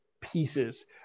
pieces